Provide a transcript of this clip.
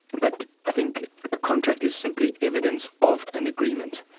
but i think a contract is simply evidence of an agreement.